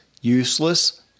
useless